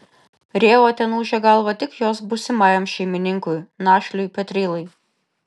rėva ten ūžė galvą tik jos būsimajam šeimininkui našliui petrylai